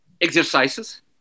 exercises